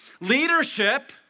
leadership